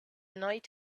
night